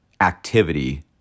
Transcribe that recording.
activity